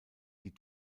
die